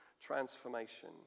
transformation